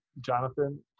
jonathan